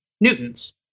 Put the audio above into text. newtons